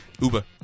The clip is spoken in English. Uber